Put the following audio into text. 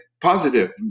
positive